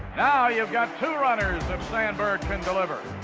ah you've got two runners that sandberg can deliver.